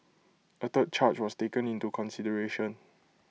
A third charge was taken into consideration